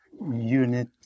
unit